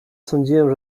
sądziłem